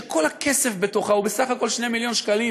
שכל הכסף בתוכה הוא בסך הכול 2 מיליון שקלים